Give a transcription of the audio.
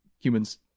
humans